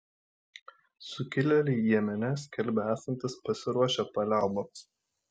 sukilėliai jemene skelbia esantys pasiruošę paliauboms